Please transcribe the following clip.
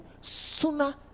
sooner